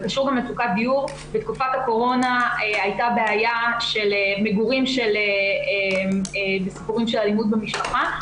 בתקופת הקורונה הייתה בעיה של מגורים בסיפורים של אלימות במשפחה,